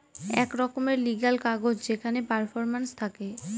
এক রকমের লিগ্যাল কাগজ যেখানে পারফরম্যান্স থাকে